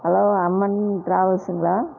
hello Amman ட்ராவல்ஸுங்களா